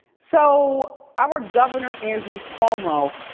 so our governor, andrew cuomo,